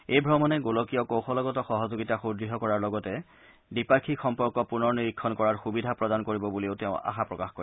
এই ভ্ৰমণে গোলকীয় কৌশলগত সহযোগিতা সূদ্য় কৰাৰ লগতে দ্বিপাক্ষিক সম্পৰ্ক পুনৰ নিৰীক্ষণ কৰাৰ সুবিধা প্ৰদান কৰিব বুলিও তেওঁ আশা প্ৰকাশ কৰে